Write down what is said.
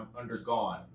undergone